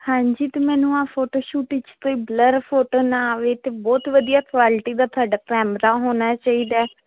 ਹਾਂਜੀ ਤੇ ਮੈਨੂੰ ਆਹ ਫੋਟੋ ਸ਼ੂਟਿੰਗ ਚ ਤੇ ਬਲਰ ਫੋਟੋ ਨਾ ਆਵੇ ਤੇ ਬਹੁਤ ਵਧੀਆ ਕੁਆਲਿਟੀ ਦਾ ਤੁਹਾਡਾ ਕੈਮਰਾ ਹੋਣਾ ਚਾਹੀਦਾ